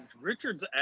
Richard's